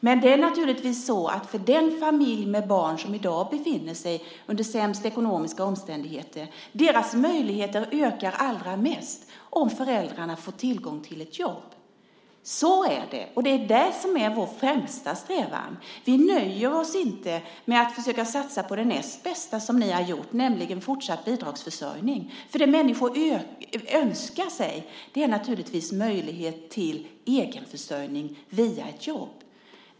Men det är naturligtvis så att för den familj med barn som i dag befinner sig under sämst ekonomiska omständigheter ökar möjligheterna allra mest om föräldrarna får tillgång till ett jobb. Så är det. Och det är det som är vår främsta strävan. Vi nöjer oss inte med att försöka satsa på det näst bästa, som ni har gjort, nämligen fortsatt bidragsförsörjning. Det människor önskar sig är naturligtvis möjlighet till egen försörjning via jobb.